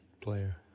player